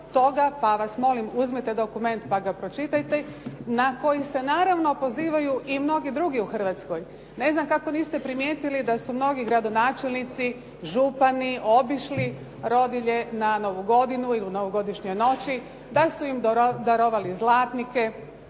pa vas molim uzmite dokument pa ga pročitajte, na koji se naravno pozivaju i mnogi drugi u Hrvatskoj. Ne znam kako niste primijetili da su mnogi gradonačelnici, župani obišli rodilje na Novu godinu ili u novogodišnjoj noći, da su im darovali zlatnike,